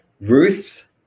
Ruth